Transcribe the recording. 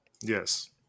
yes